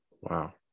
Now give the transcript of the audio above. Wow